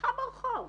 בהליכה ברחוב,